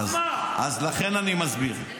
אז לכן, אני מסביר.